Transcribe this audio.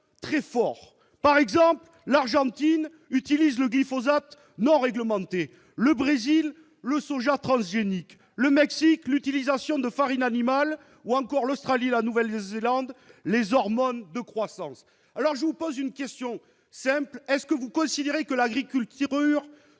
très fort ? Par exemple, l'Argentine utilise le glyphosate non réglementé ; le Brésil, le soja transgénique, le Mexique, les farines animales, ou encore l'Australie et la Nouvelle-Zélande, les hormones de croissance. Alors je vous pose une question simple : est-ce que vous considérez que l'agriculture